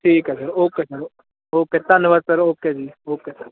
ਠੀਕ ਹੈ sir okay ਜੀ ਓਕੇ ਧੰਨਵਾਦ ਸਰ ਓਕੇ ਜੀ ਓਕੇ